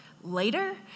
later